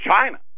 China